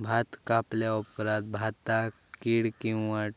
भात कापल्या ऑप्रात भाताक कीड किंवा